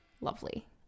Lovely